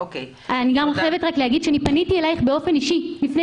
אני רק רוצה להגיד שפניתי אלייך באופן אישי לפני